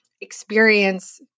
experience